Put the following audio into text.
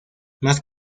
más